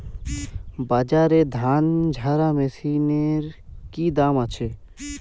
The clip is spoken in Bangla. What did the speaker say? বাজারে ধান ঝারা মেশিনের কি দাম আছে?